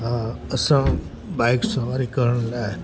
हा असां बाइक सवारी करण लाइ